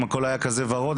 אם הכול היה כזה ורוד,